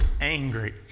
angry